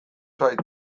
zait